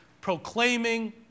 proclaiming